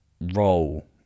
role